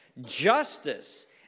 justice